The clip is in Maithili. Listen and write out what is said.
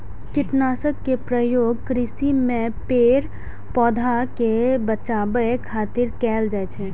कीटनाशक के प्रयोग कृषि मे पेड़, पौधा कें बचाबै खातिर कैल जाइ छै